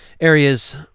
areas